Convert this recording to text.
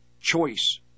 choice